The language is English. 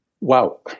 Wow